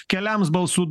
keliams balsų